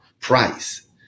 price